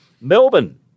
Melbourne